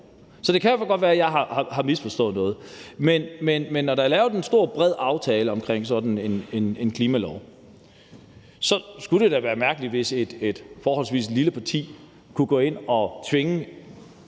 så det kan jo godt være, jeg har misforstået noget, men når der er lavet en stor og bred aftale om sådan en klimalov, skulle det da være mærkeligt, hvis et forholdsvis lille parti kunne gå ind og tvinge